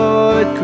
Lord